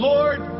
Lord